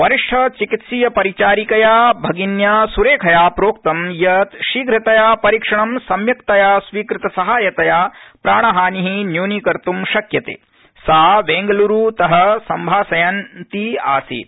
वरिष्ठ चिकित्सीय परिचारिकया भगिन्या स्रखिया प्रोक्त यत् शीघ्रतया परिक्षणं सम्यक्तया स्वीकृतसहायतया प्राणहानि न्यूनीकर्तुं शक्यता ज्ञा बेंगलुरूत संभाषन्ती आसीत्